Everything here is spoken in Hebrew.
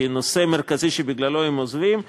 כנושא מרכזי שבגללו הם עוזבים,